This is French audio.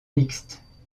mixte